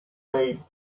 paid